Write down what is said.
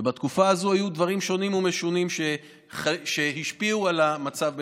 ובתקופה הזאת היו דברים שונים ומשונים שהשפיעו על המצב בנתב"ג.